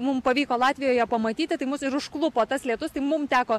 mum pavyko latvijoje pamatyti tai mus ir užklupo tas lietus tai mum teko